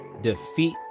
defeat